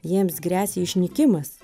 jiems gresia išnykimas